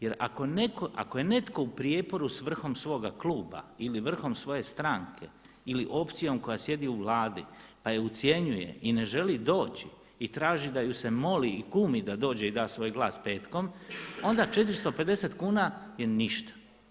Jer ako je netko u prijeporu sa vrhom svoga kluba ili vrhom svoje stranke ili opcijom koja sjedi u Vladi pa je ucjenjuje i ne želi doći i traži da ju se moli i kumi da dođe i da svoj glasa petkom onda 450 kuna je ništa.